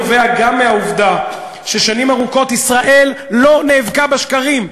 נובע גם מהעובדה ששנים ארוכות ישראל לא נאבקה בשקרים.